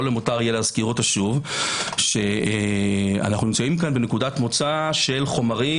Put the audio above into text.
למותר יהיה להזכירה שוב - שאנו נמצאים כאן בנקודת מוצא של חומרים